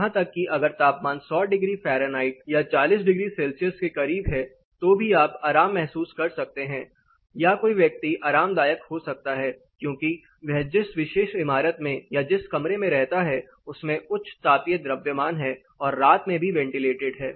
यहां तक कि अगर तापमान 100 डिग्री फ़ारेनहाइट या 40 डिग्री सेल्सियस के करीब है तो भी आप आराम महसूस कर सकते हैं या कोई व्यक्ति आरामदायक हो सकता है क्योंकि वह जिस विशेष इमारत में या जिस कमरे में रहता है उसमें उच्च तापीय द्रव्यमान है और रात में भी वेंटिलेटेड है